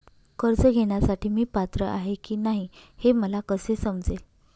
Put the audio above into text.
कर्ज घेण्यासाठी मी पात्र आहे की नाही हे मला कसे समजेल?